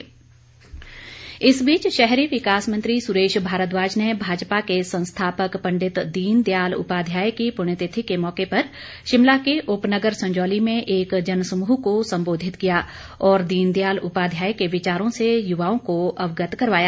दीनदयाल इस बीच शहरी विकास मंत्री सुरेश भारद्वाज ने भाजपा के संस्थापक पंडित दीनदयाल उपाध्याय की पुण्यतिथि के मौके पर शिमला के उपनगर संजौली में एक जनसमूह को सम्बोधित किया और दीनदयाल उपाध्याय के विचारों से युवाओं को अवगत करवाया